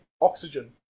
Oxygen